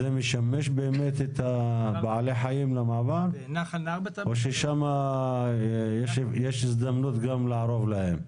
זה משמש את בעלי החיים למעבר או יש שם הזדמנות גם לארוב להם?